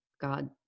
God